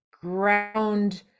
ground